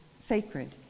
sacred